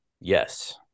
Yes